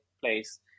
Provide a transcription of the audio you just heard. place